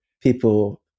people